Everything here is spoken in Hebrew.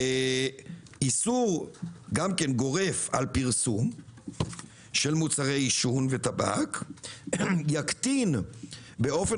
איסור גורף על פרסום של מוצרי עישון וטבק יקטין באופן